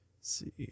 See